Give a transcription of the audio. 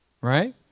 right